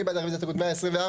מי בעד רביזיה להסתייגות מספר 118?